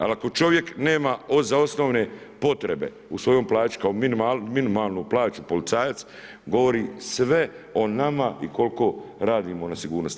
Ali, ako čovjek nema za osnovne potrebe u svojoj plaći, kao minimalnu plaću policajac, govori sve o nama i koliko radimo na sigurnosti.